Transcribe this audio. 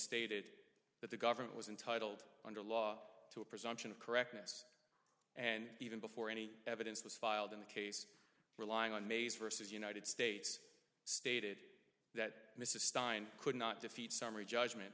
stated that the government was intitled under law to a presumption of correctness and even before any evidence was filed in the case relying on mays versus united states stated that mrs stein could not defeat summary judgment